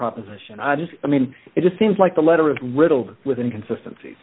proposition i just i mean it just seems like the letter is riddled with inconsistency